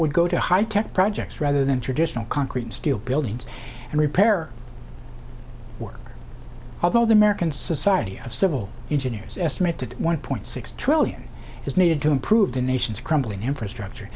would go to high tech projects rather than traditional concrete steel buildings and repair work although the american society of civil engineers estimated one point six trillion is needed to improve the nation's crumbling infrastructure